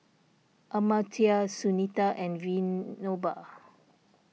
Amartya Sunita and Vinoba